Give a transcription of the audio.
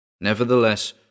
Nevertheless